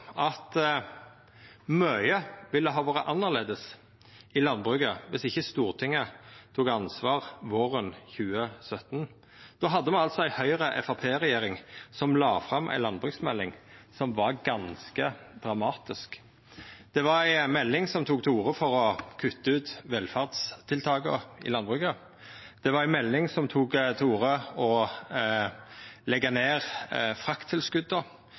at mykje ville ha vore annleis i landbruket dersom ikkje Stortinget tok ansvar våren 2017. Då hadde me ei Høgre–Framstegspartiet-regjering som la fram ei landbruksmelding som var ganske dramatisk. Det var ei melding som tok til orde for å kutta ut velferdstiltaka i landbruket. Det var ei melding som tok til orde for å leggja ned